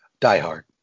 Diehard